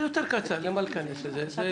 זה יותר קצר, למה להיכנס לזה?